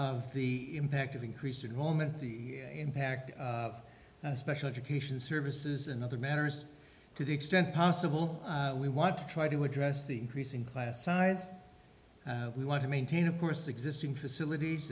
of the impact of increased involvement the impact of special education services and other matters to the extent possible we want to try to address the increasing class size we want to maintain of course existing facilities